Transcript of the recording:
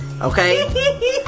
Okay